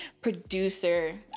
producer